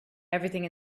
everything